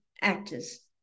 actors